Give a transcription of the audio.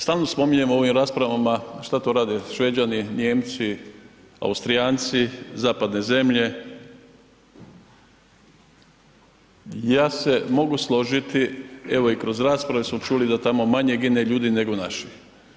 Stalno spominjemo u ovim raspravama šta to rade Šveđani, Nijemci, Austrijanci, zapadne zemlje, ja se mogu složiti, evo i kroz rasprave smo čuli da tamo manje gine ljudi nego naših.